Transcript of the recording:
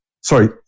sorry